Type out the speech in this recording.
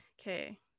Okay